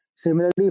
Similarly